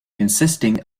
consisting